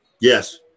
Yes